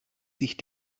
sich